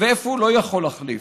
איפה הוא לא יכול להחליף,